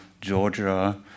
Georgia